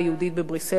וכך עשיתי.